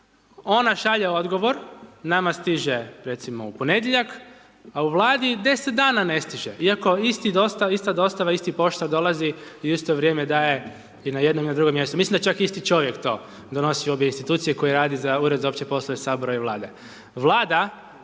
ona šalje odgovor, nama stiže, recimo, u ponedjeljak, a u Vladi 10 dana ne stiže iako ista dostava, isti poštar dolazi i u isto vrijeme daje i na jednom i na drugom mjestu, mislim da čak isti čovjek to donosio u obje institucije koje rade za Ured za opće poslove Sabora i Vlade.